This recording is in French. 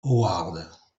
howard